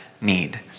need